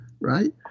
right